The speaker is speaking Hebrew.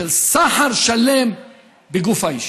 של סחר שלם בגוף האישה,